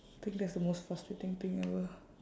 think that's the most frustrating thing ever